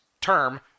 term